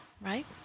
right